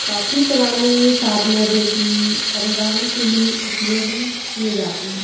काफ़ी पुराने साधनों जो कि परिवहन के लिए उपयोग किए जाते हैं